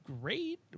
great